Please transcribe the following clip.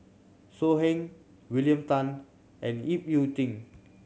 So Heng William Tan and Ip Yiu Tung